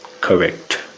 correct